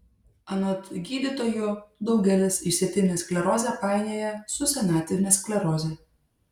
anot gydytojų daugelis išsėtinę sklerozę painioja su senatvine skleroze